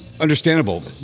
understandable